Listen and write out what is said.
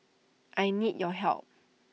I need your help